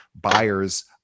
buyers